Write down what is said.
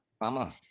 Mama